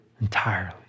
Entirely